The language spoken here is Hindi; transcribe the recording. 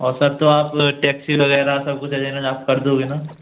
और सर तो आप टैक्सी वगेरह सब कुछ आप कर दोगे ना